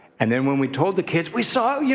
and then when we told the kids, we saw, yeah